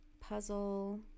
puzzle